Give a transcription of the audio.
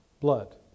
blood